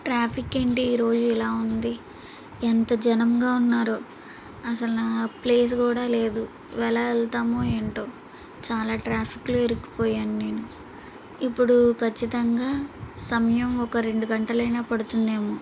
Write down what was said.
traffic ఏంటి ఈ రోజు ఇలా ఉంది ఎంత జనంగా ఉన్నారో అసలు ప్లేస్ కూడా లేదు ఎలా వెళ్తామో ఏంటో చాలా ట్రాఫిక్లో ఇరుక్కుపోయాను నేను ఇప్పుడు ఖచ్చితంగా సమయం ఒక రెండు గంటలైనా పడుతుందేమో